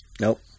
Nope